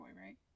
right